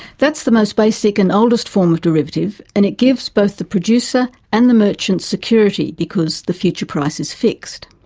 that's the most basic and oldest form of derivative and it gives both the producer and the merchant security, because the future price is fixed.